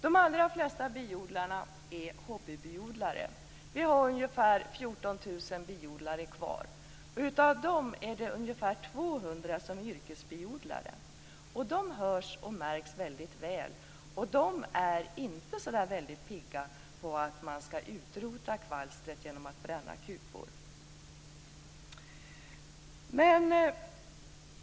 De allra flesta biodlarna är hobbybiodlare. Vi har ungefär 14 000 biodlare kvar. Av dem är det ungefär 200 som är yrkesbiodlare. De hörs och märks väldigt väl, och de är inte så väldigt pigga på att man skall utrota kvalstret genom att bränna kupor.